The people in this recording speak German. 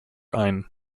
ein